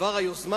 בדבר היוזמה,